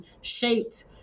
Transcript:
shaped